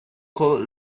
could